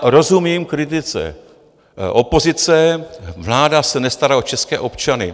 Rozumím kritice opozice vláda se nestará o české občany.